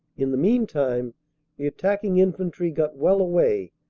in the mean time the attacking infantry got well away,